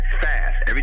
fast